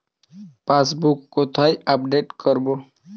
Passbook কোথায় update করব?